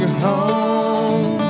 home